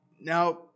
Now